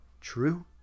True